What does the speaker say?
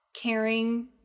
caring